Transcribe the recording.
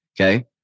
okay